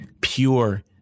pure